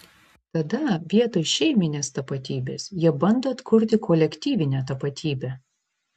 tada vietoj šeiminės tapatybės jie bando atkurti kolektyvinę tapatybę